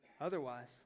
Otherwise